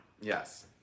Yes